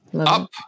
Up